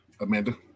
Amanda